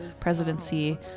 presidency